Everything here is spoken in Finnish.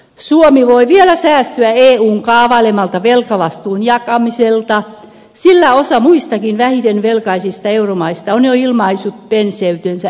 suomi voi vielä säästyä eun kaavailemalta velkavastuun jakamiselta sillä osa muistakin vähiten velkaisista euromaista on jo ilmaissut penseytensä eurobondeja kohtaan